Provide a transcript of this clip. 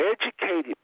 Educated